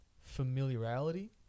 familiarity